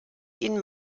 ihn